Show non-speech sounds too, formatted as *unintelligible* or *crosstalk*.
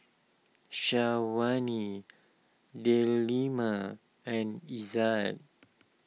*unintelligible* Delima and Izzat